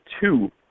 two